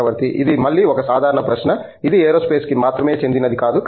చక్రవర్తి ఇది మళ్ళీ ఒక సాధారణ ప్రశ్న ఇది ఏరోస్పేస్ కి మాత్రమే చెందినది కాదు